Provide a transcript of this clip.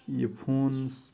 یہِ فونَس